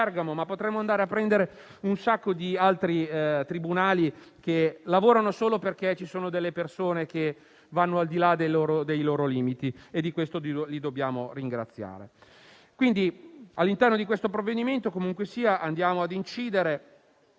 ma potremmo prendere ad esempio molti altri tribunali, che lavorano solo perché ci sono delle persone che vanno al di là dei loro limiti e di questo li dobbiamo ringraziare. All'interno di questo provvedimento si va ad incidere